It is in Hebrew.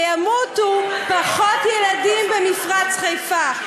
שימותו פחות ילדים במפרץ-חיפה,